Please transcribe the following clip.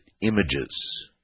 images